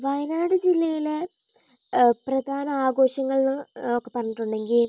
വയനാട് ജില്ലയിലെ പ്രധാന ആഘോഷങ്ങളെന്ന് ഒക്കെ പറഞ്ഞിട്ടുണ്ടെങ്കിൽ